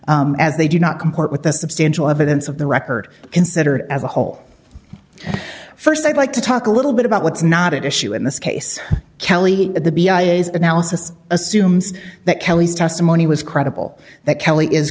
as they do not comport with the substantial evidence of the record considered as a whole first i'd like to talk a little bit about what's not issue in this case kelly the be analysis assumes that kelly's testimony was credible that kelley is